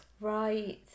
Right